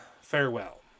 farewell